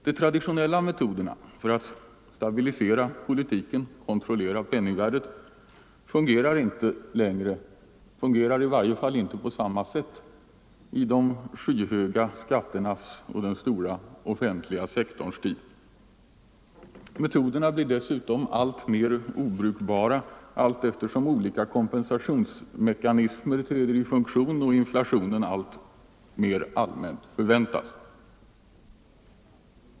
De traditionella metoderna för att stabilisera priserna och kontrollera penningvärdet fungerar inte längre, i varje fall inte på samma sätt i de skyhöga skatternas och den stora offentliga sektorns tid. Metoderna blir dessutom alltmer obrukbara allteftersom olika kompensationsmekanismer träder i funktion och fortsatt inflation allmänt förväntas.